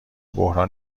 بحران